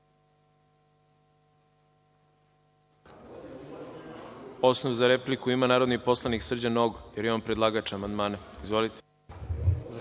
Osnov za repliku ima narodni poslanik Srđan Nogo, jer je on predlagač amandmana. Izvolite.